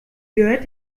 gehört